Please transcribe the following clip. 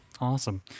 Awesome